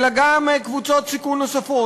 אלא גם קבוצות סיכון נוספות.